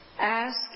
ask